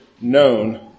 known